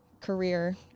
career